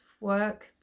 work